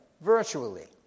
virtually